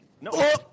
No